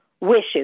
wishes